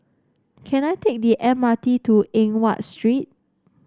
can I take the M R T to Eng Watt Street